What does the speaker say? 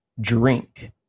drink